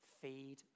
Feed